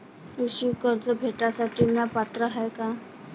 कृषी कर्ज भेटासाठी म्या पात्र हाय का?